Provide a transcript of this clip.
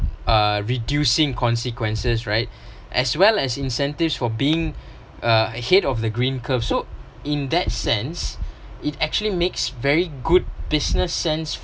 uh reducing consequences right as well as incentives for being uh ahead of the green curve so in that sense it actually makes very good business sense